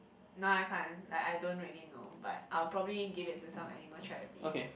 no I can't like I don't really know but I'll probably give it to some animal charity